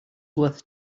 worth